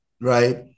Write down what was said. right